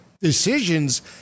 decisions